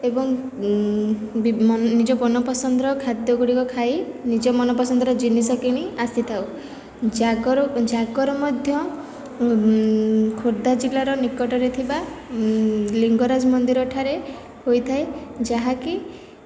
ଏବଂ ନିଜ ମନପସନ୍ଦ ର ଖାଦ୍ୟଗୁଡ଼ିକ ଖାଇ ନିଜ ମନପସନ୍ଦ ର ଜିନିଷ କିଣି ଆସିଥାଉ ଜାଗର ଜାଗର ମଧ୍ୟ ଖୋର୍ଦ୍ଧା ଜିଲ୍ଲାର ନିକଟରେ ଥିବା ଲିଙ୍ଗରାଜ ମନ୍ଦିର ଠାରେ ହୋଇଥାଏ ଯାହାକି